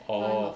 orh